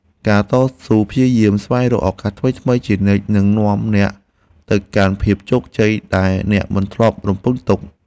ការតស៊ូព្យាយាមស្វែងរកឱកាសថ្មីៗជានិច្ចនឹងនាំអ្នកទៅកាន់ភាពជោគជ័យដែលអ្នកមិនធ្លាប់រំពឹងទុក។